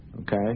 okay